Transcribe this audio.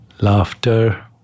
laughter